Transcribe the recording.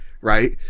right